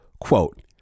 Quote